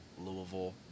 Louisville